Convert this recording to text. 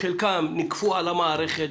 שחלקם נכפו על המערכת,